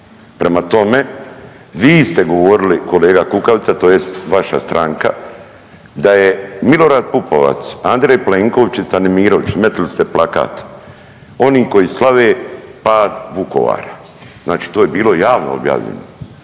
Prema tome vi ste govorili kolega Kukavica tj. vaša stranka da je Milorad Plenković, Andrej Plenković i Stanimirović, metnuli ste plakat oni koji slave pad Vukovara. Znači to je bilo javno objavljeno